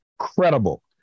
incredible